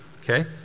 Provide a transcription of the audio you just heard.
okay